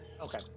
Okay